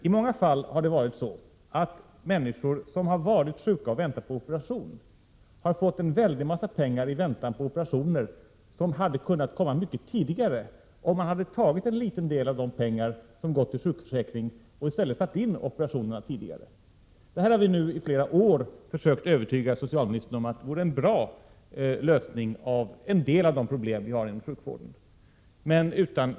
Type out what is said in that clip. I många fall har det emellertid varit så att människor som varit sjuka och väntat på operation har fått stora summor pengar i väntan på dessa operationer, som hade kunnat utföras mycket tidigare, om man hade tagit en liten del av de pengar som gått till sjukförsäkringen och i stället satt in operationerna tidigare. Vi har nu i flera år utan större framgång försökt övertyga socialministern om att detta vore en bra lösning av en del av de problem som finns inom sjukvården.